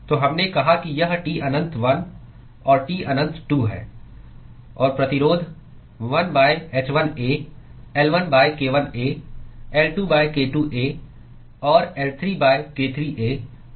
तो हमने कहा कि यह T अनंत 1 और T अनंत 2 है और प्रतिरोध 1 h1A L1 k1A L2 k2A और L3 k3A और 1 h2A है